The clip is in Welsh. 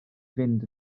fynd